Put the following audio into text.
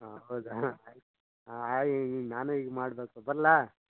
ಹಾಂ ಹೌದಾ ಹಾಂ ಹಾಂ ಆಯಿ ನಾನು ಈಗ ಮಾಡಬೇಕು ಬರಲಾ